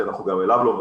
שגם לו אנחנו לא מסכימים,